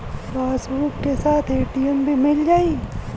Passbook के साथ ATM भी मील जाई?